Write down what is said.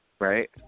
right